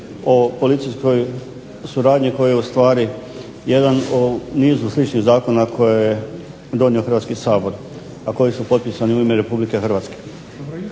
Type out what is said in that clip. o policijskoj suradnji koji je ustvari jedan u nizu sličnih zakona koje je donio Hrvatski sabor, a koji su potpisani u ime Republike Hrvatske.